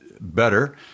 better